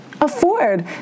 afford